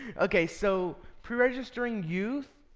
okay, so pre-registering youth.